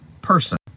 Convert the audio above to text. person